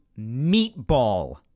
meatball